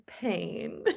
pain